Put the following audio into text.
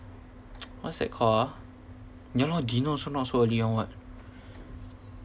what's that called ah ya lor dinner also not so early [one] [what]